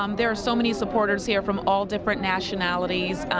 um there are so many supporters here from all different nationalities,